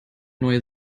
neue